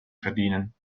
verdienen